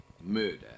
murder